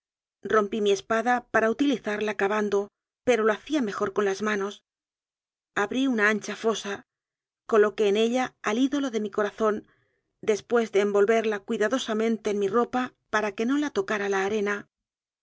rompí mi espada para utilizarla cavando pero lo hacía me jor con las manos abrí una ancha fosa coloqué en ella al ídolo de mi corazón después de envol verla cuidadosamente en mi ropa para que no la tocara la arena